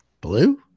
blue